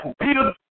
Peter